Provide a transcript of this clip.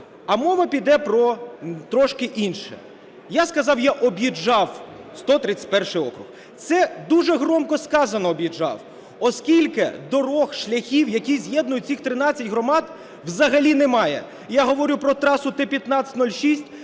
а мова піде про трішки інше. Я сказав, я об'їжджав 131 округ. Це дуже громко сказано, об'їжджав, оскільки доріг, шляхів, які з'єднують ці 13 громад, взагалі немає. Я говорю про траси Т-1506,